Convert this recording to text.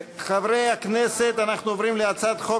חברי הכנסת, אנחנו עוברים להצעת חוק,